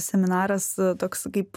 seminaras toks kaip